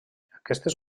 aquestes